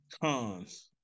Cons